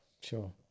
sure